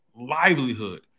livelihood